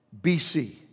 BC